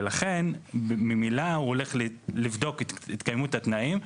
ולכן, ממילא הוא הולך לבדוק את התקיימות התנאים.